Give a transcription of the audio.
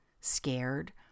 scared